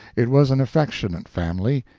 it was an affectionate family,